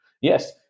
Yes